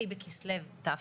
ה' בכסלו תשפ"ב.